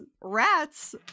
rats